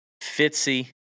Fitzy